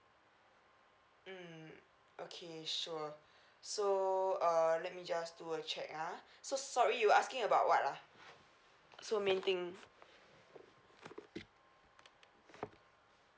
mm okay sure so uh let me just do a check ah so sorry you asking about what ah so main thing